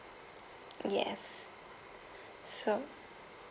yes so